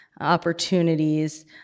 opportunities